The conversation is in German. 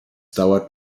dauert